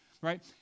right